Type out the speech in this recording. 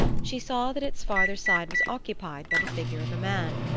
she saw that its farther side was occupied by the figure of a man,